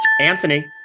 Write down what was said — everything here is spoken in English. Anthony